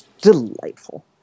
Delightful